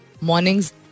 mornings